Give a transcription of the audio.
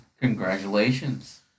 Congratulations